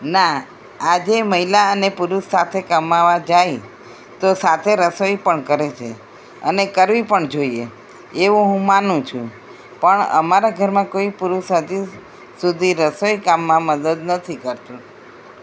ના આજે મહિલા અને પુરુષ સાથે કમાવવા જાય તો સાથે રસોઈ પણ કરે છે અને કરવી પણ જોઈએ એવું હું માનું છું પણ અમારા ઘરમાં કોઈ પુરુષ હજી સુધી રસોઈ કામમાં મદદ નથી કરતું